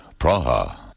Praha